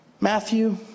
Matthew